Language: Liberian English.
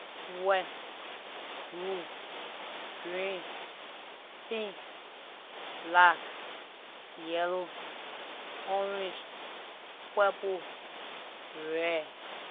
White, blue, green, pink, black, yellow, orange, purple, red